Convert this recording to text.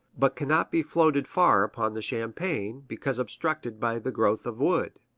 but cannot be floated far upon the champaign, because obstructed by the growth of wood.